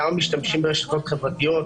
כמה משתמשים ברשתות חברתיות,